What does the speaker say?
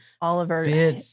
Oliver